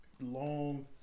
long